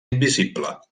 invisible